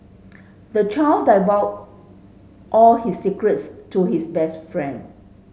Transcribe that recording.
the child divulged all his secrets to his best friend